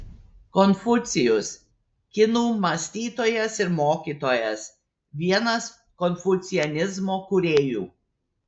konfucijus kinų mąstytojas ir mokytojas vienas konfucianizmo kūrėjų